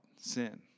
sin